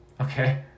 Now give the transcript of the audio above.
Okay